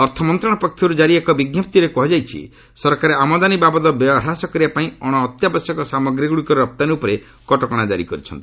ଅର୍ଥମନ୍ତ୍ରଣାଳୟ ପକ୍ଷରୁ ଜାରି ଏକ ବିଞ୍ଜପ୍ତିରେ କୃହାଯାଇଛି ସରକାର ଆମଦାନି ବାବଦ ବ୍ୟୟ ହ୍ରାସ କରିବା ପାଇଁ ଅଣ ଅତ୍ୟାବଶ୍ୟକ ସାମଗ୍ରୀଗୁଡ଼ିକର ରପ୍ତାନୀ ଉପରେ କଟକଣା ଜାରି କରିଛନ୍ତି